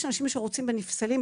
יש אנשים שרוצים ונפסלים,